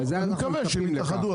אני מקווה שהם יתאחדו,